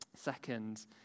Second